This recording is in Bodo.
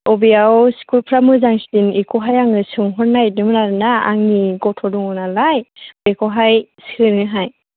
बबेयाव स्कुलफोरा मोजांसिन बेखौहाय आङो सोंहरनो नागिरदोंमोन आरोना आंनि गथ' दङ नालाय बेखौहाय सोनोहाय